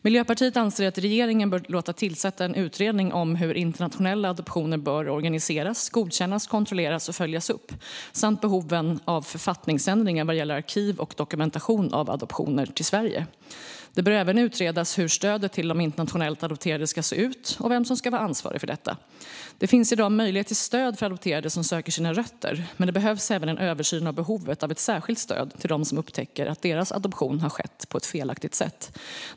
Miljöpartiet anser att regeringen bör låta tillsätta en utredning om hur internationella adoptioner bör organiseras, godkännas, kontrolleras och följas upp samt behoven av författningsändringar vad gäller arkiv och dokumentation av adoptioner till Sverige. Det bör även utredas hur stödet till de internationellt adopterade ska se ut och vem som ska vara ansvarig för detta. Det finns i dag möjlighet till stöd för adopterade som söker efter sina rötter, men det behövs även en översyn av behovet av ett särskilt stöd till de som upptäcker att deras adoption har skett på ett felaktigt sätt.